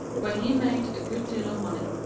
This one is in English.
where he made a good deal of money.